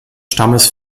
stammes